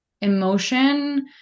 emotion